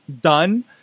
done